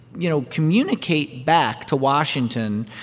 you know, communicate back to washington